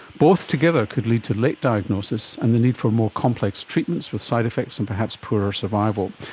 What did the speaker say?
both together could lead to late diagnosis and the need for more complex treatments with side-effects and perhaps poorer survival.